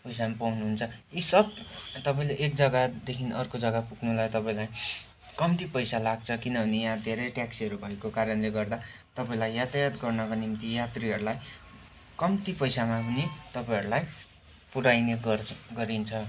पैसामा पाउनुहुन्छ यी सब तपाईँले एक जग्गादेखि अर्को जग्गा पुग्नलाई तपाईँलाई कम्ती पैसा लाग्छ किनभने यहाँ धेरै ट्याक्सीहरू भएको कारणले गर्दा तपाईँलाई यातायात गर्नका निम्ति यात्रीहरूलाई कम्ती पैसामा पनि तपाईँहरूलाई पुर्याइने गर्छ गरिन्छ